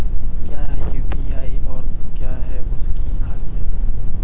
क्या है यू.पी.आई और क्या है इसकी खासियत?